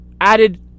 Added